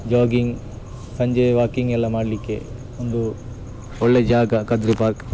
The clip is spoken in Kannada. ಜಾಗಿಂಗ್ ಸಂಜೆ ವಾಕಿಂಗ್ ಎಲ್ಲ ಮಾಡಲ್ಲಿಕ್ಕೆ ಒಂದು ಒಳ್ಳೆಯ ಜಾಗ ಕದ್ರಿ ಪಾರ್ಕ್